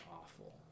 awful